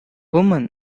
woman